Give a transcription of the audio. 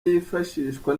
yifashishwa